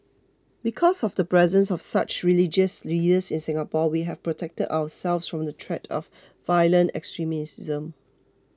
because of the presence of such religious leaders in Singapore we have protected ourselves from the threat of violent extremism